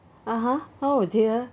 (uh huh) oh dear